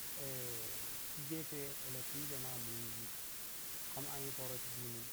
ti gepen electricia ma muyi gi khan anyi pərə ti bimun,